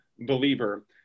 believer